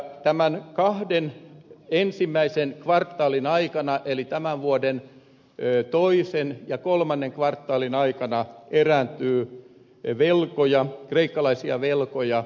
tämän kahden ensimmäisen kvartaalin aikana eli tämän vuoden toisen ja kolmannen kvartaalin aikana erääntyy kreikkalaisia velkoja